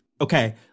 Okay